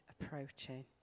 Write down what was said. approaching